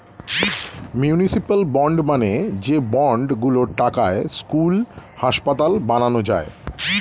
municipal bond মানে যে bond গুলোর টাকায় স্কুল, হাসপাতাল বানানো যায়